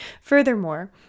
Furthermore